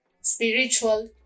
Spiritual